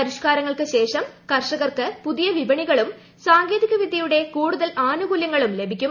പരിഷ്കാരങ്ങൾക്ക് ശേഷം കർഷകർക്ക് പുതിയ വിപണികളും സാങ്കേതികവിദ്യയുടെ കൂടുതൽ ആനുകൂല്യങ്ങളും ലഭിക്കും